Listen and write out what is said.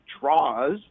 draws